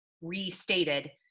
restated